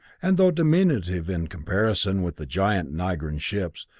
and though diminutive in comparison with the giant nigran ships,